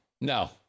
no